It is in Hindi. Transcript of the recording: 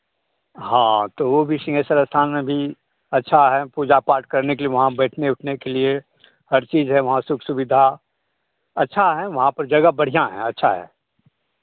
हाँ तो वो भी सिंहेश्वर स्थान में भी अच्छा है पूजा पाठ करने के लिए वहाँ बैठने उठने के लिए हर चीज़ है वहाँ सुख सुविधा अच्छा है वहाँ पर जगह बढ़ियाँ है अच्छा है